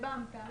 אבל